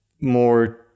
more